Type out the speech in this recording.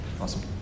Awesome